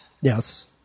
Yes